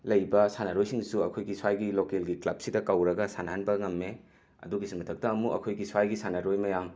ꯂꯩꯕ ꯁꯥꯟꯅꯔꯣꯏꯁꯤꯡꯗꯁꯨ ꯑꯩꯈꯣꯏꯒꯤ ꯁ꯭ꯋꯥꯏꯒꯤ ꯂꯣꯀꯦꯜꯒꯤ ꯀ꯭ꯂꯕꯁꯤꯗ ꯀꯧꯔꯒ ꯁꯥꯟꯅꯍꯟꯕ ꯉꯝꯃꯦ ꯑꯗꯨꯒꯤꯁꯨ ꯃꯊꯛꯇ ꯑꯃꯨꯛ ꯑꯩꯈꯣꯏꯒꯤ ꯁ꯭ꯋꯥꯏꯒꯤ ꯁꯥꯟꯅꯔꯣꯏ ꯃꯌꯥꯝ